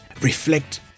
reflect